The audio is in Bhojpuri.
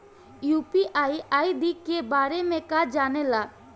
यू.पी.आई आई.डी के बारे में का जाने ल?